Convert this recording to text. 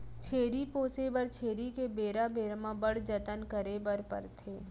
छेरी पोसे बर छेरी के बेरा बेरा म बड़ जतन करे बर परथे